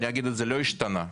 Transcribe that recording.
לא השתנה,